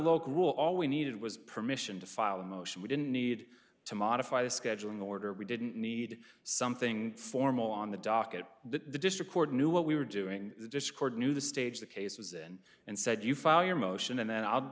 rule all we needed was permission to file a motion we didn't need to modify the scheduling order we didn't need something formal on the docket that the district court knew what we were doing the dischord knew the stage the case was in and said you file your motion and then i'll